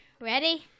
Ready